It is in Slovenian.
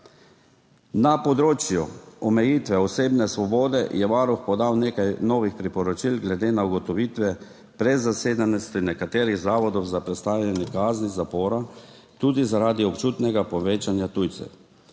Na področju omejitve osebne svobode je Varuh podal nekaj novih priporočil glede na ugotovitve prezasedenosti nekaterih zavodov za prestajanje kazni zapora, tudi zaradi občutnega povečanja tujcev.